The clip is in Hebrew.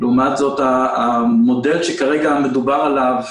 לעומת זה במודל שכרגע מדובר עליו,